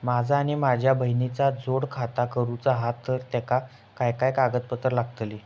माझा आणि माझ्या बहिणीचा जोड खाता करूचा हा तर तेका काय काय कागदपत्र लागतली?